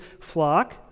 flock